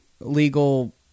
legal